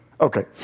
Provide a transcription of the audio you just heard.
Okay